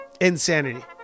insanity